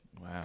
Wow